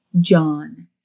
John